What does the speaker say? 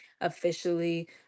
officially